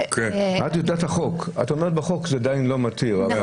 את אומרת, בחוק זה עדיין לא מתיר.